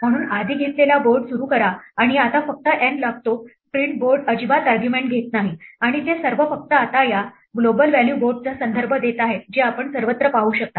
म्हणून आधी घेतलेला बोर्ड सुरू करा आणि आता फक्त n लागतो प्रिंट बोर्ड अजिबात आर्ग्युमेंट घेत नाही आणि ते सर्व फक्त आता या ग्लोबल व्हॅल्यू बोर्डचा संदर्भ देत आहेत जे आपण सर्वत्र पाहू शकता